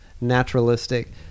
naturalistic